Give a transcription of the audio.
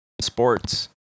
sports